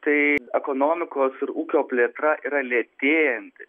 tai ekonomikos ir ūkio plėtra yra lėtėjanti